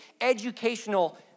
educational